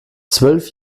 zwölf